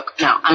No